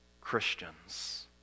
Christians